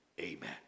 Amen